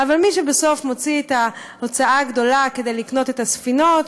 אבל מי שבסוף מוציא את ההוצאה הגדולה כדי לקנות את הספינות,